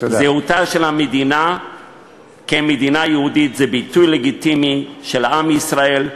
זהותה של המדינה כמדינה יהודית זה ביטוי לגיטימי של עם ישראל,